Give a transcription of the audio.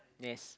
yes